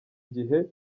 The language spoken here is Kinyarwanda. gihe